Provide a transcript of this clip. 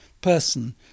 person